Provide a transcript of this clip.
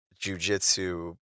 jujitsu